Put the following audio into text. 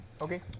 Okay